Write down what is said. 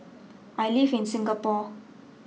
I live in Singapore